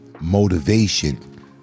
motivation